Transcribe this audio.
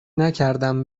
نکردم